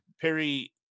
Perry